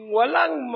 walang